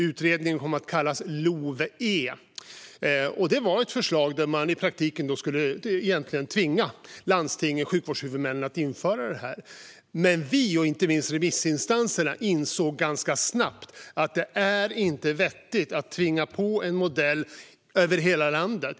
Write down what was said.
Förslaget till lag kom att kallas LOVE, och det var ett förslag om att i praktiken tvinga landstingen - sjukvårdshuvudmännen - att införa detta. Vi, och inte minst remissinstanserna, insåg snabbt att det inte är vettigt att tvinga fram en modell över hela landet.